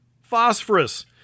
phosphorus